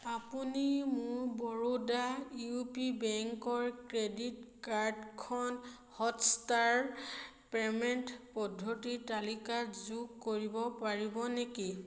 আপুনি মোৰ Baroda U P বেংকৰ ক্ৰেডিট কাৰ্ডখন হটষ্টাৰ পে'মেণ্ট পদ্ধতিৰ তালিকাত যোগ কৰিব পাৰিব নেকি